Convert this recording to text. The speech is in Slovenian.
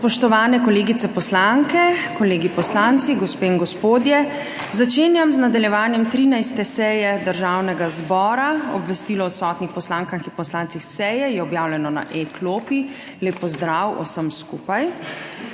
Spoštovani kolegice poslanke, kolegi poslanci, gospe in gospodje! Začenjam z nadaljevanjem 13. seje Državnega zbora. Obvestilo o odsotnih poslankah in poslancih s seje je objavljeno na e-klopi. Lep pozdrav vsem skupaj!